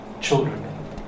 children